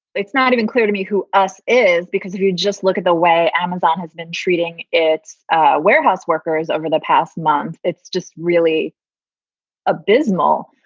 it's not even clear to me who us is. because if you just look at the way amazon has been treating its warehouse workers over the past month, it's just really abysmal.